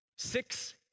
Six